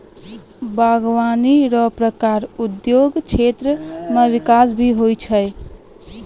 बागवानी रो प्रकार उद्योग क्षेत्र मे बिकास हुवै छै